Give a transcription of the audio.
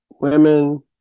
women